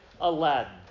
Aladdin